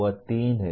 वह तीन है